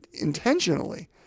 intentionally